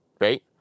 right